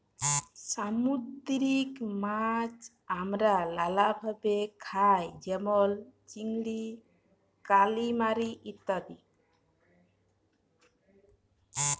সামুদ্দিরিক মাছ আমরা লালাভাবে খাই যেমল চিংড়ি, কালিমারি ইত্যাদি